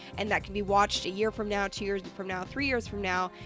and that can be watched a year from now, two years from now, three years from now,